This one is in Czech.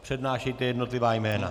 Přednášejte jednotlivá jména.